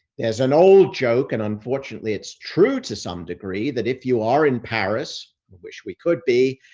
there's an old joke and unfortunately it's true to some degree that if you are in paris, wish we could be,